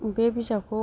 बे बिजाबखौ